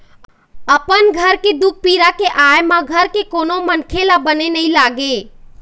अपन घर के दुख पीरा के आय म घर के कोनो मनखे ल बने नइ लागे